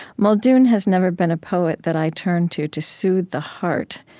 muldoon has never been a poet that i turn to to soothe the heart,